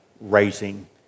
raising